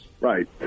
right